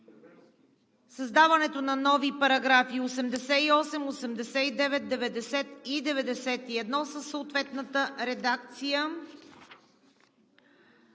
създаването на нови параграфи 88, 89, 90 и 91 със съответната редакция,